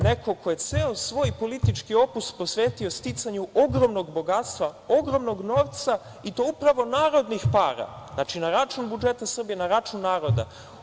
Neko ko je ceo svoj politički opus posvetio sticanju ogromnog bogatstva, ogromnog novca i to upravo narodnih para, znači na račun budžeta Srbije, na račun naroda.